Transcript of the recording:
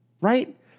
right